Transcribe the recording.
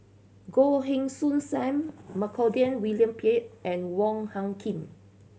Goh Heng Soon Sam Montague William Pett and Wong Hung Khim